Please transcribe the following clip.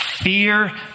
Fear